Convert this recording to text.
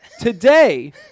Today